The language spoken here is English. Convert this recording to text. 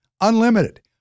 Unlimited